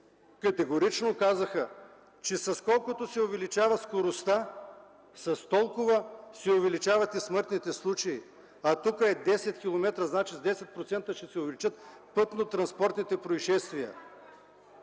категорично казаха, че с колкото се увеличава скоростта, с толкова се увеличават и смъртните случаи. Тук увеличението е с 10 км, значи с 10% ще се увеличат пътнотранспортните произшествия.